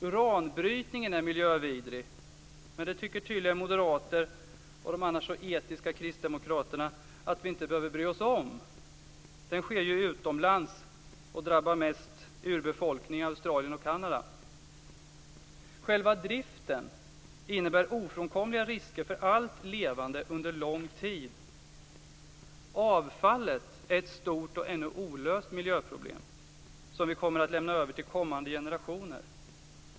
Uranbrytningen är miljövidrig, men det tycker tydligen moderater och de annars så etiska kristdemokraterna att vi inte behöver bry oss om, för det sker ju utomlands och drabbar mest urbefolkningar i Själva driften innebär ofrånkomliga risker för allt levande under lång tid. Avfallet är ett stort och ännu olöst miljöproblem som vi kommer att lämna över till kommande generationer.